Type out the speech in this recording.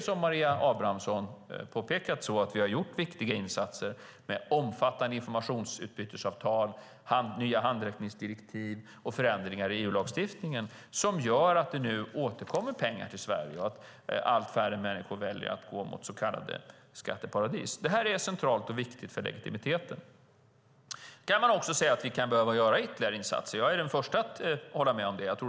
Som Maria Abrahamsson påpekade har vi gjort viktiga insatser med omfattande informationsutbytesavtal, nya handräckningsdirektiv och förändringar i EU-lagstiftningen som gör att det nu återkommer pengar till Sverige och att allt färre människor väljer så kallade skatteparadis. Det här är centralt och viktigt för legitimiteten. Man kan säga att vi kan behöva göra ytterligare insatser. Jag är den första att hålla med om det.